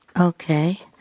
Okay